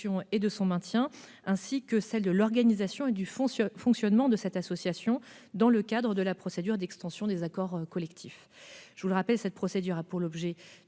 et de son maintien, ainsi que celle de l'organisation et du fonctionnement de cette association, dans le cadre de la procédure d'extension des accords collectifs. Je vous le rappelle : cette procédure a pour objet